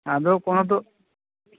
ᱟᱫᱚ ᱠᱚᱱᱚ ᱫᱚᱜ